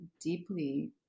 deeply